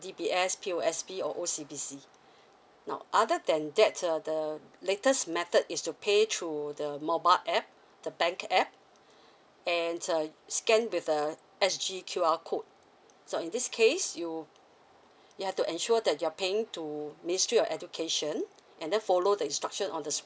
D_B_S P_O_S_B or O_C_B_C now other than that uh the latest method is to pay through the mobile app the bank app and uh scan with the S_G Q_R code so in this case you you have to ensure that you're paying to ministry of education and then follow the instruction on the